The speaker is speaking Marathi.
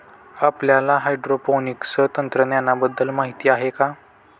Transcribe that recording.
आपल्याला हायड्रोपोनिक्स तंत्रज्ञानाबद्दल माहिती आहे का?